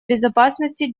безопасности